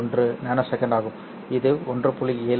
421 ns ஆகும் இது 1